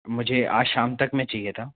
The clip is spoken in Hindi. मुझे आज शाम तक में चाहिए था